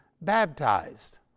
baptized